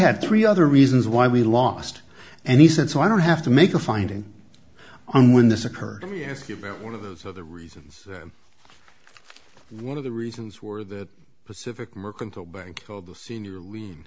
had three other reasons why we lost and he said so i don't have to make a finding on when this occurred to me ask you about one of those other reasons one of the reasons were that pacific mercantile bank called the senior